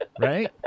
right